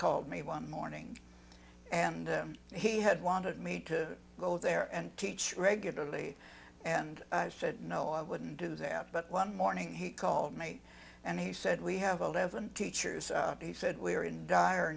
called me one morning and he had wanted me to go there and teach regularly and i said no i wouldn't do that but one morning he called me and he said we have eleven teachers he said we are in dire